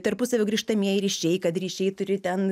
tarpusavio grįžtamieji ryšiai kad ryšiai turi ten